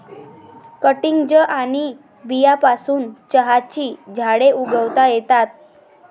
cuttings आणि बियांपासून चहाची झाडे उगवता येतात